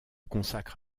consacre